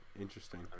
Interesting